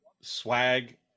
swag